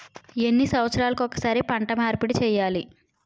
ఎన్ని సంవత్సరాలకి ఒక్కసారి పంట మార్పిడి చేయాలి?